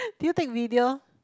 did you take video